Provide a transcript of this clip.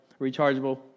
rechargeable